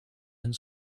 and